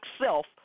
self